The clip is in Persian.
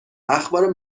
اخبار